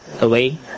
away